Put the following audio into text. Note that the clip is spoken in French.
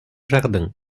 jardin